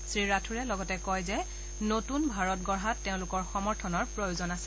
শ্ৰীৰাথোড়ে লগতে কয় যে নতুন ভাৰত গঢ়াত তোমালোকৰ সমৰ্থনৰ প্ৰয়োজন আছে